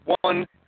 one